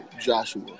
Joshua